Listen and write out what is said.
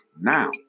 now